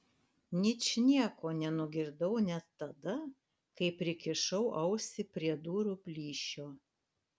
ničnieko nenugirdau net tada kai prikišau ausį prie durų plyšio